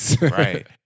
Right